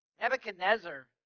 Nebuchadnezzar